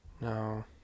No